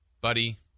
Buddy